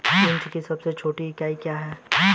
Inch की सबसे छोटी इकाई क्या है?